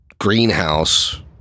greenhouse